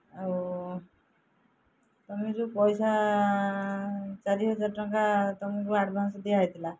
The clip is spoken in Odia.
ଆଉ ତୁମେ ଯେଉଁ ପଇସା ଚାରି ହଜାର ଟଙ୍କା ତୁମକୁ ଆଡ଼୍ଭାନ୍ସ ଦିଆ ହୋଇଥିଲା